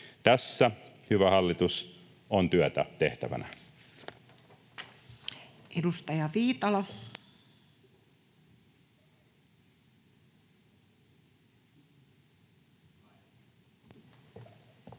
Tässä, hyvä hallitus, on työtä tehtävänä. Edustaja Viitala. Arvoisa